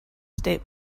state